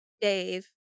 Dave